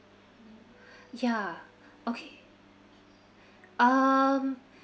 ya okay um